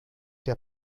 der